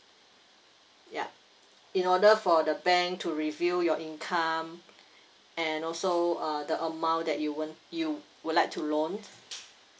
ya in order for the bank to review your income and also uh the amount that you want you would like to loan